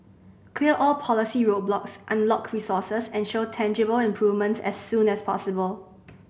clear all policy roadblocks unlock resources and show tangible improvements as soon as possible